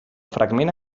fragment